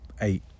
eight